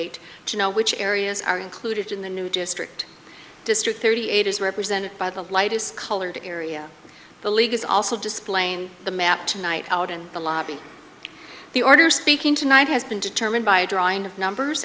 eight to know which areas are included in the new district district thirty eight is represented by the lightest colored area the league is also displaying the map tonight out in the lobby the order speaking tonight has been determined by a drawing of numbers